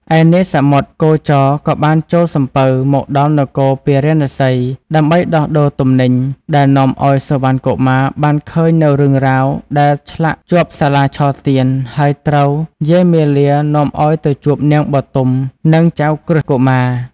ឯនាយសមុទ្រគោចរក៏បានចូលសំពៅមកដល់នគរពារាណសី ដើម្បីដោះដូរទំនិញ ដែលនាំឱ្យសុវណ្ណកុមារបានឃើញនូវរឿងរ៉ាវដែលឆ្លាក់ជាប់សាលាឆទាន ហើយត្រូវយាយមាលានាំឱ្យទៅជួបនាងបុទម និងចៅក្រឹស្នកុមារ។